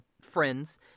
friends